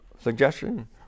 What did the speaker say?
suggestion